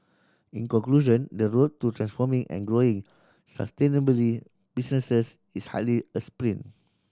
in conclusion the road to transforming and growing sustainably businesses is hardly a sprint